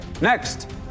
Next